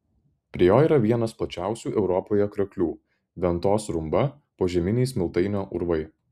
prie jo yra vienas plačiausių europoje krioklių ventos rumba požeminiai smiltainio urvai